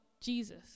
Jesus